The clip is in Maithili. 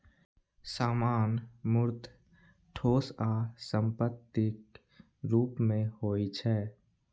सामान मूर्त, ठोस आ संपत्तिक रूप मे होइ छै